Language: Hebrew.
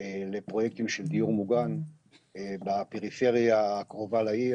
לפרויקטים של דיור מוגן בפריפריה הקרובה לעיר.